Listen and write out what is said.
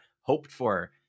hoped-for